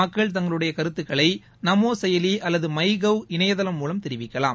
மக்கள் தங்களுடைய கருத்துக்களை நமோ செயலி அல்லது மை கவ் இணையதளம் மூலம் தெரிவிக்கலாம்